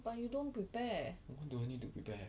but you don't prepare